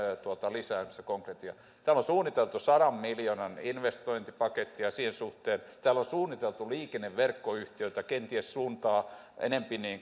lisäämässä konkretiaa täällä on suunniteltu sadan miljoonan investointipakettia sen suhteen täällä on suunniteltu liikenneverkkoyhtiötä kenties suuntaa enempi